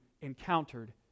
encountered